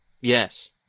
Yes